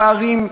הפערים,